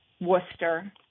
Worcester